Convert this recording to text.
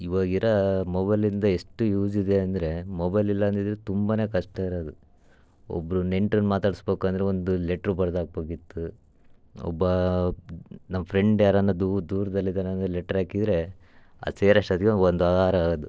ಇವಾಗಿರೋ ಮೊಬೈಲಿಂದ ಎಷ್ಟು ಯೂಸಿದೆ ಅಂದರೆ ಮೊಬೈಲ್ ಇಲ್ಲಾಂದಿದ್ರೆ ತುಂಬ ಕಷ್ಟ ಇರೋದು ಒಬ್ಬರು ನೆಂಟ್ರನ್ನ ಮಾತಾಡ್ಸ್ಬೇಕು ಅಂದರೆ ಒಂದು ಲೆಟ್ರು ಬರ್ದಾಕ್ಬೇಕಿತ್ತು ಒಬ್ಬ ನಮ್ಮ ಫ್ರೆಂಡ್ ಯಾರರ ದೂರ ದೂರದಲ್ಲಿದಾನಂದ್ರೆ ಲೆಟ್ರ್ ಹಾಕಿದರೆ ಅದು ಸೇರೋಷ್ಟೊತ್ತಿಗೆ ಒಂದು ವಾರ ಆಗೋದು